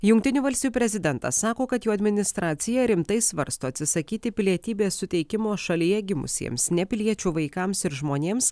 jungtinių valstijų prezidentas sako kad jo administracija rimtai svarsto atsisakyti pilietybės suteikimo šalyje gimusiems nepiliečių vaikams ir žmonėms